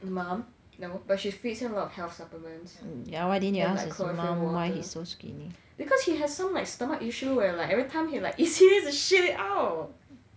the mum no but she feeds him a lot of health supplements then like chloroform water because he has some like stomach where like everytime he eats he needs to shit it out